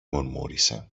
μουρμούρισε